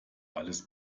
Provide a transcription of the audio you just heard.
alles